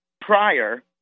prior